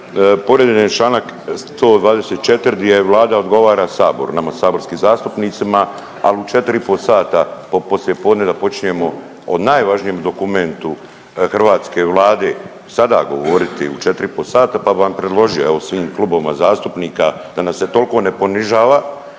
Povrijeđen je čl. 124 di je Vlada odgovara Saboru, nama saborskim zastupnicima, ali u 4 i po sata poslijepodne da počinjemo o najvažnijem dokumentu hrvatske Vlade, sada govoriti u 4 i po sata pa bi vam predložio, evo svim klubovima zastupnika da nas se toliko ne ponižava,